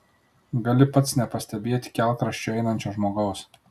gali pats nepastebėti kelkraščiu einančio žmogaus